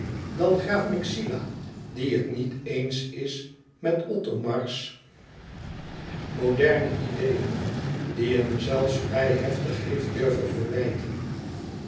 dan graaf myxila die het niet eens is met othomars moderne ideeën die hem zelfs vrij heftig heeft durven verwijten